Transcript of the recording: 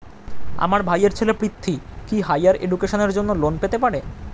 আমার ভাইয়ের ছেলে পৃথ্বী, কি হাইয়ার এডুকেশনের জন্য লোন পেতে পারে?